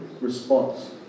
response